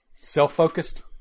self-focused